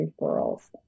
referrals